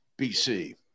BC